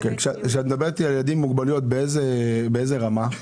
כשאת מדברת אתי על ילדים עם מוגבלויות, באיזו רמה?